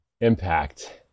impact